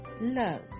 love